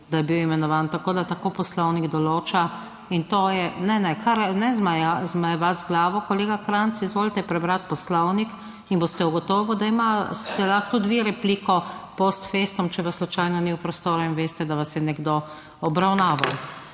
da je bil imenovan, tako da tako Poslovnik določa in to je. Ne, ne, kar ne zmajevati z glavo, kolega Krajnc, izvolite prebrati Poslovnik in boste ugotovili, da imate lahko tudi vi repliko, postfestum, če pa slučajno ni v prostoru in veste, da vas je nekdo obravnaval.